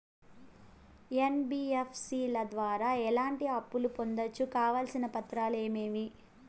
NBFC ల ద్వారా ఎట్లాంటి అప్పులు పొందొచ్చు? కావాల్సిన పత్రాలు ఏమేమి?